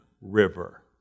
river